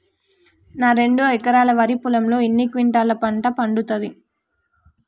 నా రెండు ఎకరాల వరి పొలంలో ఎన్ని క్వింటాలా పంట పండుతది?